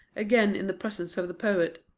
again in the presence of the poet.